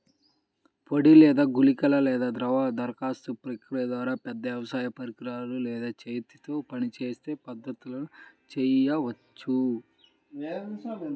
పొడి లేదా గుళికల లేదా ద్రవ దరఖాస్తు ప్రక్రియల ద్వారా, పెద్ద వ్యవసాయ పరికరాలు లేదా చేతితో పనిచేసే పద్ధతులను చేయవచ్చా?